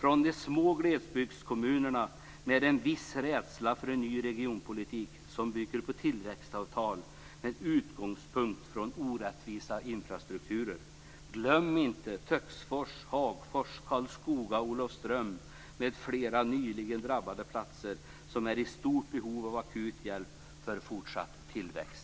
från de små glesbygdskommunerna med en viss rädsla för en ny regionalpolitik som bygger på tillväxtavtal med utgångspunkt från orättvisa infrastrukturer. Olofström m.fl. nyligen drabbade platser som är i stort behov av akut hjälp för fortsatt tillväxt!